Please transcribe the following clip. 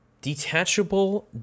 Detachable